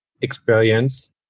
experience